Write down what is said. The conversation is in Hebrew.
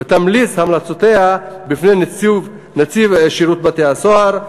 ותמליץ המלצותיה בפני נציב שירות בתי-הסוהר,